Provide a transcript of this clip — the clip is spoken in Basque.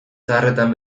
zaharretan